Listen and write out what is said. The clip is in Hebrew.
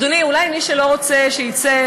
אדוני, אולי מי שלא רוצה שיצא?